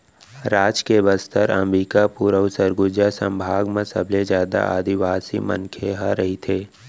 राज के बस्तर, अंबिकापुर अउ सरगुजा संभाग म सबले जादा आदिवासी मनखे ह रहिथे